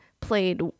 played